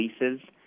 leases